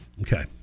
Okay